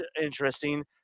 interesting